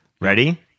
Ready